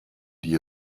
die